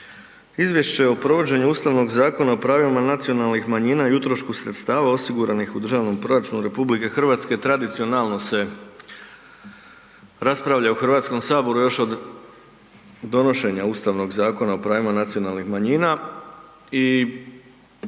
Izvješće o provođenju Ustavnog Zakona o pravima nacionalnih manjina i utrošku sredstava osiguranih u Državnom proračunu RH tradicionalno se raspravlja u HS još od donošenja Ustavnog Zakona o pravima nacionalnih manjina i